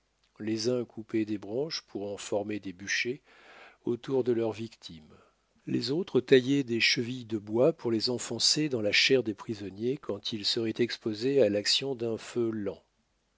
les uns coupaient des branches pour en former des bûchers autour de leurs victimes les autres taillaient des chevilles de bois pour les enfoncer dans la chair des prisonniers quand ils seraient exposés à l'action d'un feu lent